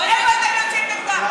בלי הפסקה.